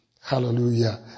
Hallelujah